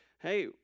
hey